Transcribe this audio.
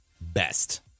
best